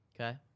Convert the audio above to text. okay